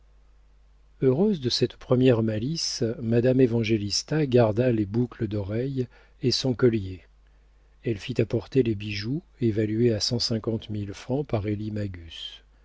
heureuse de cette première malice madame évangélista garda les boucles d'oreilles et son collier elle fit apporter les bijoux évalués à cent cinquante mille francs par élie